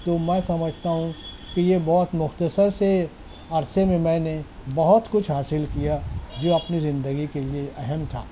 تو میں سمجھتا ہوں کہ یہ بہت مختصر سے عرصے میں میں نے بہت کچھ حاصل کیا جو اپنی زندگی کے لیے اہم تھا